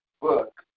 book